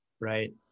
Right